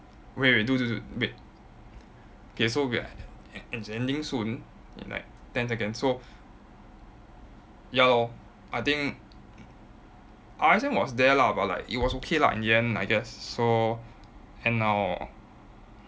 wait dude dude dude wait okay so we are it's ending soon in like ten seconds so ya lor I think R_S_M was there lah but like it was okay lah in the end I guess so end now orh